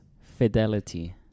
Fidelity